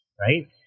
right